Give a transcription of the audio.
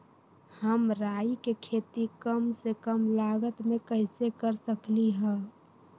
हम राई के खेती कम से कम लागत में कैसे कर सकली ह?